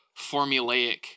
formulaic